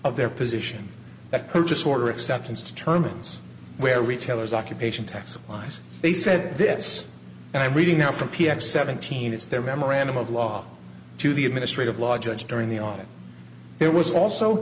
of their position that purchase order acceptance determines where retailers occupation tax wise they said this and i'm reading now from p x seventeen is there memorandum of law to the administrative law judge during the audit there was also